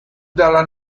dalla